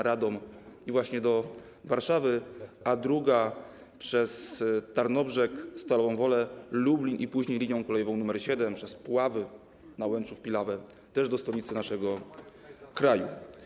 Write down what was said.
Radom właśnie do Warszawy, a druga przez Tarnobrzeg, Stalową Wolę, Lublin i później linią kolejową nr 7 przez Puławy, Nałęczów, Pilawę też do stolicy naszego kraju.